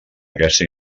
aquesta